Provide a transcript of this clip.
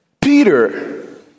Peter